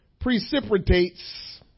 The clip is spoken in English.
Precipitates